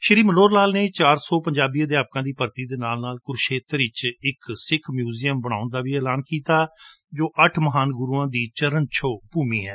ਸ਼੍ਰੀ ਮਨੋਹਰ ਲਾਲ ਨੇ ਚਾਰ ਸੌ ਪੰਜਾਬੀ ਅਧਿਆਪਕਾਂ ਦੀ ਭਰਤੀ ਦੇ ਨਾਲ ਨਾਲ ਕੁਰੁਕਸੇਤਰ ਵਿੱਚ ਇੱਕ ਸਿੱਖ ਮਿਊਜਿਅਮ ਬਣਾਉਣ ਦਾ ਵੀ ਐਲਾਨ ਕੀਤਾ ਜਿੱਥੇ ਅੱਠ ਮਹਾਨ ਗੁਰੂਆਂ ਦਾ ਆਗਮਨ ਹੋਇਆ ਸੀ